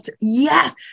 Yes